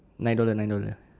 nine dollar nine dollar